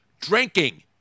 drinking